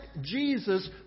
Jesus